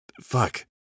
fuck